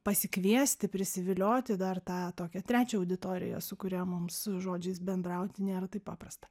pasikviesti prisivilioti dar tą tokią trečią auditoriją su kuria mums žodžiais bendrauti nėra taip paprasta